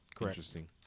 Interesting